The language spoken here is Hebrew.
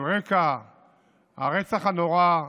על רקע הרצח הנורא,